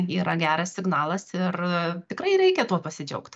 yra geras signalas ir tikrai reikia tuo pasidžiaugt